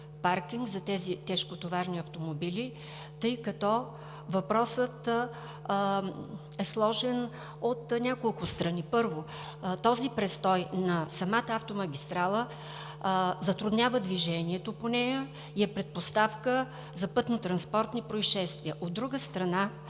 паркинг за тези тежкотоварни автомобили, тъй като въпросът е сложен от няколко страни? Първо, този престой на самата автомагистрала затруднява движението по нея и е предпоставка за пътнотранспортни произшествия. От друга страна,